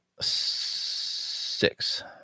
six